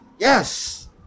Yes